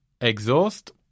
exhaust